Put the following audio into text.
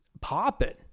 popping